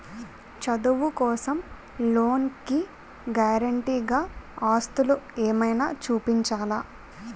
చదువు కోసం లోన్ కి గారంటే గా ఆస్తులు ఏమైనా చూపించాలా?